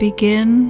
Begin